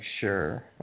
sure